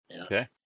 Okay